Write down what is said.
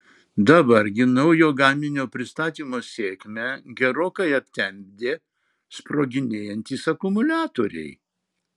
dabar gi naujo gaminio pristatymo sėkmę gerokai aptemdė sproginėjantys akumuliatoriai